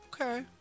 Okay